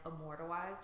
immortalized